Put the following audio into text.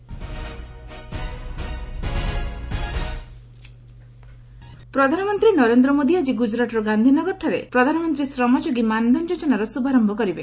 PM Gujarat ପ୍ରଧାନମନ୍ତ୍ରୀ ନରେନ୍ଦ୍ର ମୋଦି ଆଜି ଗୁଜରାଟର ଗାନ୍ଧିନଗରରେ ପ୍ରଧାନମନ୍ତ୍ରୀ ଶ୍ରମଯୋଗୀ ମାନ ଧନ୍ ଯୋଜନାର ଶୁଭାରମ୍ଭ କରିବେ